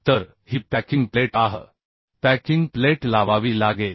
तर ही packing plate आह पॅकिंग प्लेट लावावी लागेल